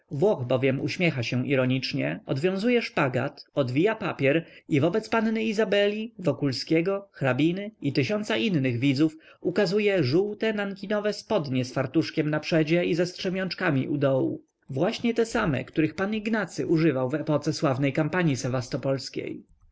bowiem uśmiecha się ironicznie odwiązuje szpagat odwija papier i wobec panny izabeli wokulskiego hrabiny i tysiąca innych widzów ukazuje żółte nankinowe spodnie z fartuszkiem na przodzie i ze strzemiączkami u dołu właśnie te same których pan ignacy używał w epoce sławnej kampanii